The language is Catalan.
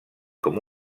com